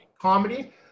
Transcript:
comedy